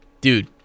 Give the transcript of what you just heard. dude